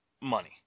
money